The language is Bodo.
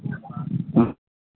अ